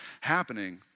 happening